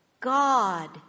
God